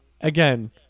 again